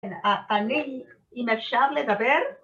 אני, אם אפשר לדבר?